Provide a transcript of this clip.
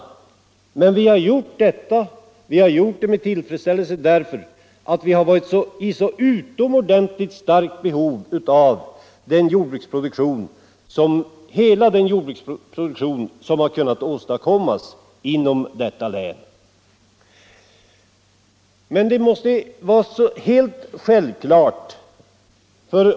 Men vi har utfört detta arbete med tillfredsställelse, eftersom vi varit i så starkt behov av hela den jordbruksproduktion som kunnat åstadkommas inom länet.